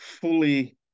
fully